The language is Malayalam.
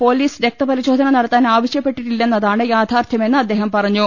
പൊലീസ് രക്തപരിശോധന നടത്താൻ ആവശ്യപ്പെട്ട ട്ടില്ലെന്നതാണ് യാഥാർത്ഥ്യമെന്ന് അദ്ദേഹം പറഞ്ഞു